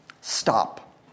Stop